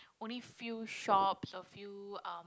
only few shops a few um